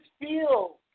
feel